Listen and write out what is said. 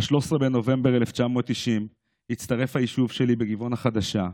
שלא ידעתי: ב-13 בנובמבר 1990 הצטרף היישוב שלי בגבעון החדשה,